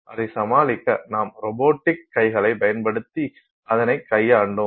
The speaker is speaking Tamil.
அதைச் சமாளிக்க நாம் ரோபோ கைகளைப் பயன்படுத்தி அதனை கையாண்டோம்